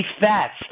fats